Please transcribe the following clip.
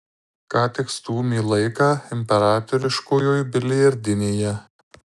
ką tik stūmė laiką imperatoriškojoj biliardinėje